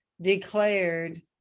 declared